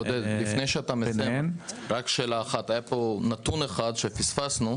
עודד, היה פה נתון אחד שפספסנו.